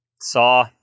Saw